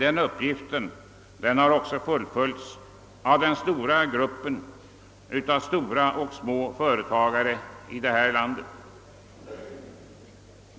Denna uppgift har också fullföljts av den stora gruppen större och mindre företagare i detta land.